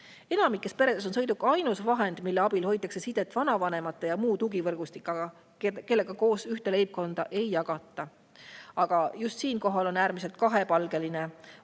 Enamikus peredes on sõiduk ainus vahend, mille abil hoitakse sidet vanavanemate ja muu tugivõrgustikuga, kellega ühte leibkonda ei jagata. Aga just siinkohal on äärmiselt kahepalgeline